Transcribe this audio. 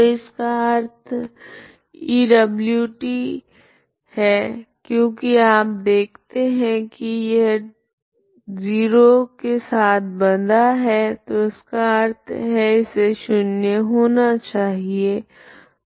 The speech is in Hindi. तो इसका अर्थ E है क्योकि आप देखते है की यह 0 के साथ बंधा है तो इसका अर्थ है इसे शून्य होना चाहिए प्रत्येक t के लिए